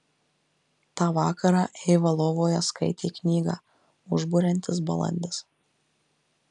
tą vakarą eiva lovoje skaitė knygą užburiantis balandis